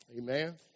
Amen